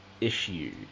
issue